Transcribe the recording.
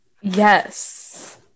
Yes